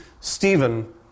Stephen